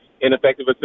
ineffective